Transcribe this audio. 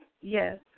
Yes